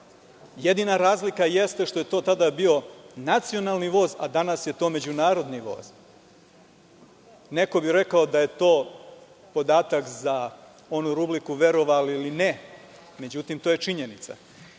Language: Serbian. Jedina razlika jeste što je to tada bio nacionalni voz, a danas je to međunarodni voz. Neko bi rekao da je to podatak za onu rubriku „Verovali ili ne“, međutim, to je činjenica.